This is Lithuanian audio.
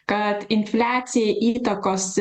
kad infliacijai įtakos